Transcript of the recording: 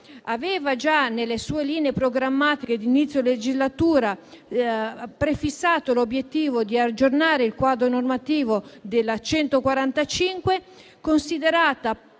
aveva, già nelle sue linee programmatiche di inizio legislatura, prefissato l'obiettivo di aggiornare il quadro normativo della legge n.